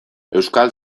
euskal